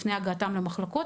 לפני הגעתם למחלקות,